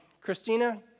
Christina